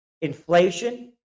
inflation